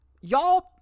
Y'all